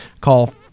Call